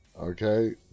okay